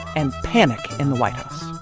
and panic in the white house